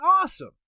awesome